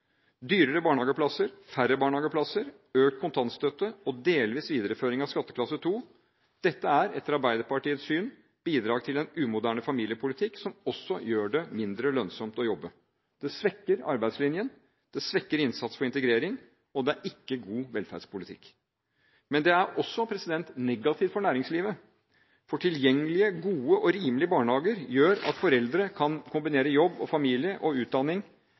Dyrere barnehageplasser, færre barnehageplasser, økt kontantstøtte og delvis videreføring av skatteklasse 2: Dette er etter Arbeiderpartiets syn bidrag til en umoderne familiepolitikk, som også gjør det mindre lønnsomt å jobbe. Det svekker arbeidslinjen, det svekker innsatsen for integrering, og det er ikke god velferdspolitikk. Men det er også negativt for næringslivet, for tilgjengelige, gode og rimelige barnehager gjør at foreldre kan kombinere jobb og familie og utdanning